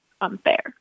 unfair